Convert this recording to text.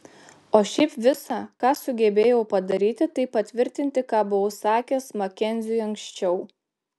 o šiaip visa ką sugebėjau padaryti tai patvirtinti ką buvau sakęs makenziui anksčiau